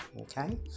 okay